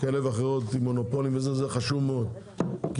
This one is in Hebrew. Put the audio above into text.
כאלה ואחרות עם מונופולים זה חשוב מאוד כי